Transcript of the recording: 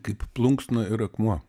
kaip plunksna ir akmuo